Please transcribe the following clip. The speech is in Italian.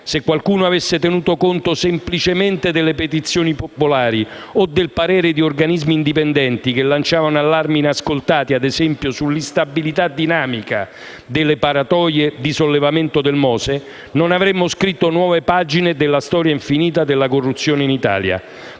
Se qualcuno avesse tenuto conto semplicemente delle petizioni popolari, o del parere di organismi indipendenti che lanciavano allarmi inascoltati - come, ad esempio, sull'instabilità dinamica delle paratoie di sollevamento del MOSE - non avremmo scritto nuove pagine della storia infinita della corruzione in Italia,